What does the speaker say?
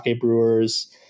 brewers